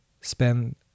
spend